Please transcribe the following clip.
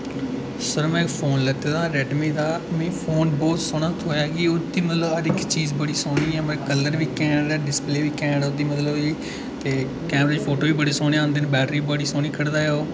sir में phone लैते दा हा रैडमी दा मी फोन बहुत सोह्ना थ्होएआ कि ओह्दी मतलब हर इक चीज बड़ी सोह्नी ऐ मतलब कल्लर बी घैंट ऐ डिस्पले बी घैंट ऐ ओह्दी मतलब ते कैमरे च फोटो बी बड़े सोह्ने औंदे न बैटरी बी बड़ी सोह्नी कढदा ऐ ओह्